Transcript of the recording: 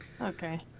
Okay